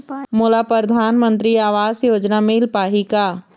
मोला परधानमंतरी आवास योजना मिल पाही का?